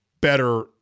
better